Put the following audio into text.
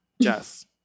Jess